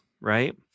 right